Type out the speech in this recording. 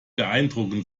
beeindrucken